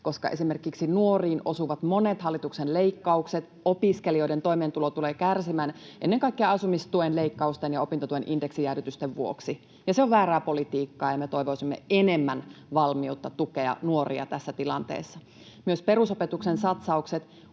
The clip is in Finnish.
koska esimerkiksi nuoriin osuvat monet hallituksen leikkaukset, opiskelijoiden toimeentulo tulee kärsimään ennen kaikkea asumistuen leikkausten ja opintotuen indeksijäädytysten vuoksi. Se on väärää politiikkaa, ja me toivoisimme enemmän valmiutta tukea nuoria tässä tilanteessa. Myös perusopetuksen satsaukset